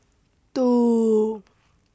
two